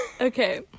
Okay